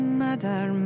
mother